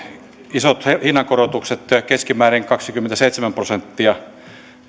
isot hinnankorotukset keskimäärin kaksikymmentäseitsemän prosenttia